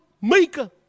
maker